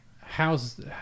how's